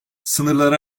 sınırları